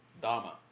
dharma